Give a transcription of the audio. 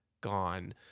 gone